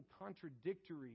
contradictory